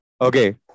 Okay